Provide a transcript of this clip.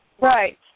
Right